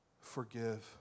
forgive